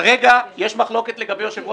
כרגע, יש מחלוקת לגבי יושב-ראש